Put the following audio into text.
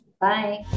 Bye